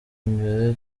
imbere